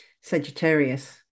Sagittarius